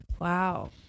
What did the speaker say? Wow